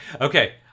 Okay